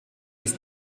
ist